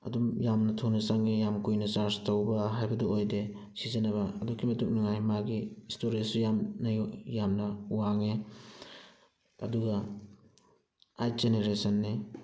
ꯑꯗꯨꯝ ꯌꯥꯝꯅ ꯊꯨꯅ ꯆꯪꯉꯦ ꯌꯥꯝ ꯀꯨꯏꯅ ꯆꯥꯔꯁ ꯇꯧꯕ ꯍꯥꯏꯕꯗꯨ ꯑꯣꯏꯗꯦ ꯁꯤꯖꯤꯟꯅꯕ ꯑꯗꯨꯛꯀꯤ ꯃꯇꯤꯛ ꯅꯨꯡꯉꯥꯏ ꯃꯥꯒꯤ ꯏꯁꯇꯣꯔꯦꯁꯁꯨ ꯌꯥꯝ ꯌꯥꯝꯅ ꯋꯥꯡꯉꯦ ꯑꯗꯨꯒ ꯑꯥꯏꯠ ꯖꯦꯅꯔꯦꯁꯟꯅꯤ